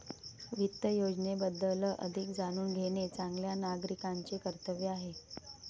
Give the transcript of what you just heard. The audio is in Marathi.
वित्त योजनेबद्दल अधिक जाणून घेणे चांगल्या नागरिकाचे कर्तव्य आहे